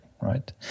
right